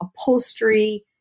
upholstery